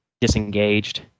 disengaged